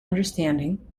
understanding